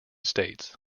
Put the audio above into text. states